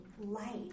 light